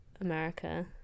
America